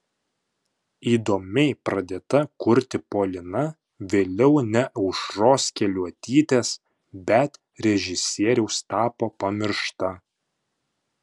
įdomiai pradėta kurti polina vėliau ne aušros keliuotytės bet režisieriaus tapo pamiršta